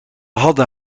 hadden